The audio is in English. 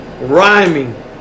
Rhyming